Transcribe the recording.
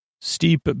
Steep